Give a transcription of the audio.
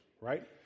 right